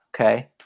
Okay